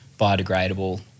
biodegradable